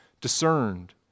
discerned